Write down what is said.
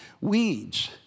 weeds